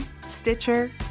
Stitcher